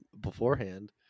beforehand